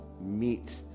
meet